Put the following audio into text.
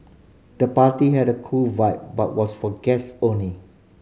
the party had a cool vibe but was for guests only